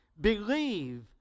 Believe